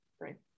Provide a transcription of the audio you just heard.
right